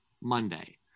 Monday